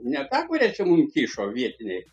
ne ta kurią čia mum kišo vietiniai